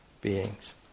beings